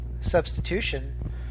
Substitution